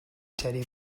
teddy